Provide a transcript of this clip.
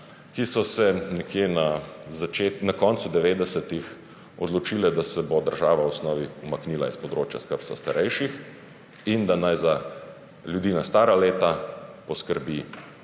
ki so se nekje na koncu devetdesetih odločile, da se bo država v osnovi umaknila s področja skrbstva starejših in da naj za ljudi na stara leta poskrbi